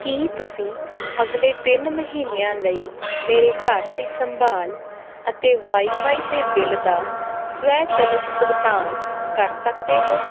ਕੀ ਤੁਸੀਂਂ ਅਗਲੇ ਤਿੰਨ ਮਹੀਨਿਆਂ ਲਈ ਮੇਰੇ ਘਰ ਦੀ ਸੰਭਾਲ ਅਤੇ ਵਾਈਫ਼ਾਈ ਦੇ ਬਿੱਲ ਦਾ ਸਵੈਚਲਿਤ ਭੁਗਤਾਨ ਕਰ ਸਕਦੇ ਹੋ